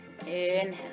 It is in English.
Inhale